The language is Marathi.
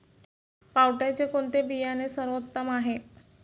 पावट्याचे कोणते बियाणे सर्वोत्तम आहे?